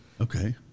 Okay